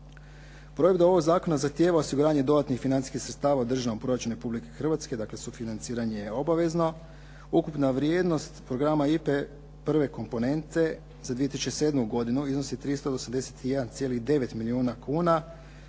Projekt ovog zakona zahtijeva osiguranje dodatnih financijskih sredstava u državnom proračunu Republike Hrvatske, dakle sufinanciranje je obavezno. Ukupna vrijednost programa IPA-e prve komponente za 2007. godinu iznosi 381,9 milijuna kuna.